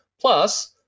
Plus